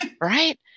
right